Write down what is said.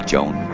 Joan